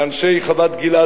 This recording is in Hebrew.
לאנשי חוות-גלעד,